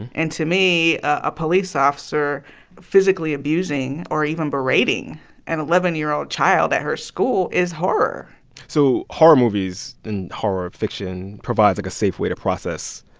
and to me, a police officer physically abusing or even berating an eleven year old child at her school is horror so horror movies and horror fiction provide, like, a safe way to process